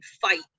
fight